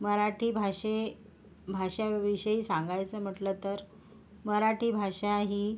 मराठी भाषे भाषाविषयी सांगायचं म्हटलं तर मराठी भाषा ही